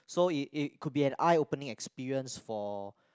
so it it could be an eye opening experience for